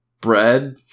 bread